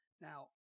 Now